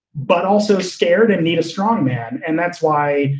but also scared and need a strong man. and that's why,